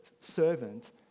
servant